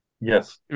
Yes